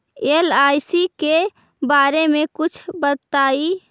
LIC के बारे मे कुछ बताई?